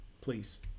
Please